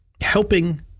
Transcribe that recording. helping